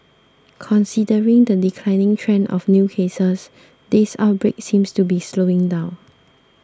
considering the declining trend of new cases this outbreak seems to be slowing down